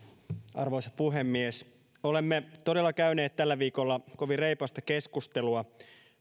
arvoisa puhemies olemme todella käyneet tällä viikolla kovin reipasta keskustelua